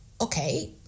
okay